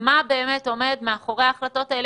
מה באמת עומד מאחורי ההחלטות האלה.